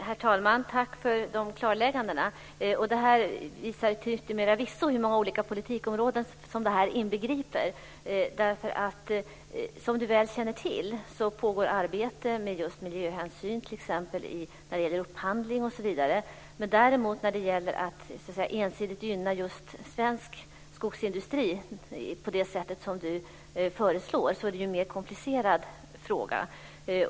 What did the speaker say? Herr talman! Tack för de klarläggandena! Det här visar till yttermera visso hur många olika politikområden som detta inbegriper. Som Annelie Enochson väl känner till pågår arbete med miljöhänsyn när det gäller upphandling osv. Att däremot ensidigt gynna just svensk skogsindustri på det sätt som Annelie Enochson föreslår är en mer komplicerad fråga.